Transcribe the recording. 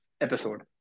episode